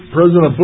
President